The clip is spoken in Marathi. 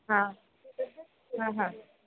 हां हां हां